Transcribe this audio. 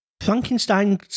Frankenstein